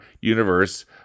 universe